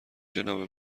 جناب